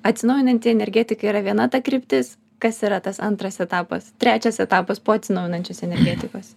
atsinaujinanti energetika yra viena ta kryptis kas yra tas antras etapas trečias etapas po atsinaujinančios energetikos